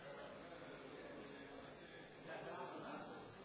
הצעת החוק יושב-ראש ועדת הכנסת חבר הכנסת יריב